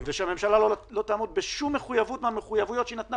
ושהממשלה לא תעמוד בשום מחויבות מהמחויבויות שהיא נתנה